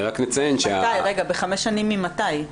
בחמש שנים ממתי?